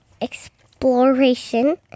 exploration